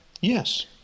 Yes